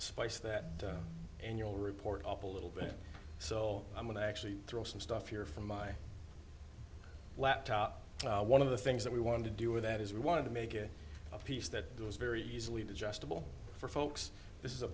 spice that annual report up a little bit so i'm going to actually throw some stuff here for my laptop one of the things that we wanted to do with that is we wanted to make it a piece that was very easily digestible for folks this is a